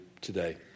today